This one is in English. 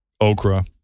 Okra